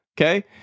Okay